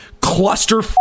cluster